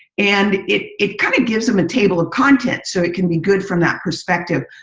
and it it kind of gives them a table of content. so it can be good from that perspective.